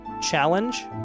challenge